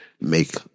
make